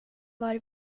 var